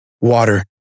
water